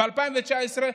ב-2019,